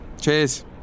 Cheers